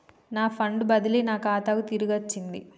నా ఫండ్ బదిలీ నా ఖాతాకు తిరిగచ్చింది